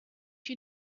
you